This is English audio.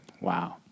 Wow